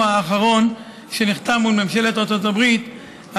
האחרון שנחתם מול ממשלת ארצות הברית,